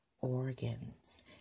organs